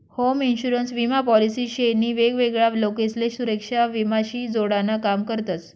home insurance विमा policy शे नी वेगवेगळा लोकसले सुरेक्षा विमा शी जोडान काम करतस